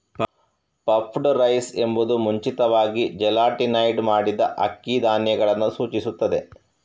puffed rice ಎಂಬುದು ಮುಂಚಿತವಾಗಿ gelatinised ಮಾಡಿದ ಅಕ್ಕಿ ಧಾನ್ಯಗಳನ್ನು ಸೂಚಿಸುತ್ತದೆ